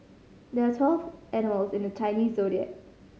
there are twelve animals in the Chinese Zodiac